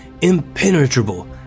impenetrable